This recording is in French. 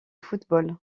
football